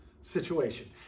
situation